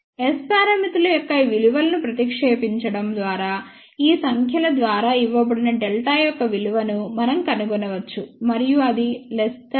S పారామితుల యొక్క ఈ విలువలను ప్రతిక్షేపించడం ద్వారా ఈ సంఖ్యల ద్వారా ఇవ్వబడిన Δ యొక్క విలువను మనం కనుగొనవచ్చు మరియు అది 1